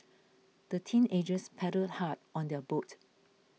the teenagers paddled hard on their boat